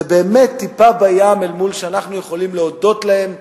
זה באמת טיפה בים אל מול מה שאנחנו יכולים להודות להם,